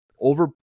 over